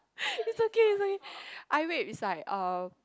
it's okay it's okay eye rape is like uh